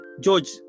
george